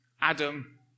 Adam